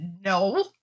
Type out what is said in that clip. No